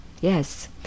Yes